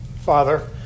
Father